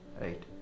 right